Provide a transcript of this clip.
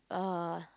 uh